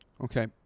Okay